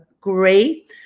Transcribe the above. agree